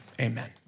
amen